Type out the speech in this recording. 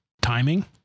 timing